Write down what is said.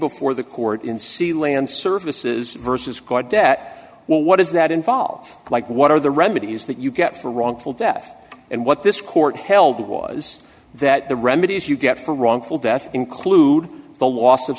before the court in sea land surfaces versus quad debt well what does that involve like what are the remedies that you get for wrongful death and what this court held was that the remedies you get for wrongful death include the loss of